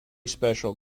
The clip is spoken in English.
special